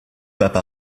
pape